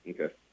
Okay